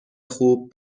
خوب